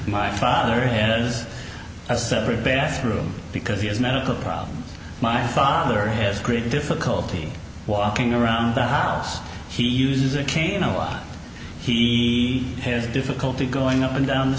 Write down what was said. my father had it as a separate bathroom because he has medical problems my father has great difficulty walking around the house he uses a cane a lot he has difficulty going up and down the